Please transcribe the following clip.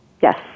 Yes